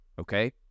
okay